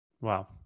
Wow